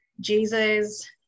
Jesus